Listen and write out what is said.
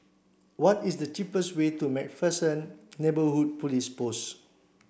what is the cheapest way to MacPherson Neighbourhood Police Post